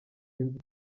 inzu